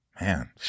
man